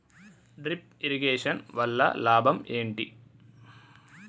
Drip irrigation వల్ల లాభం ఏంటి?